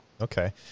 Okay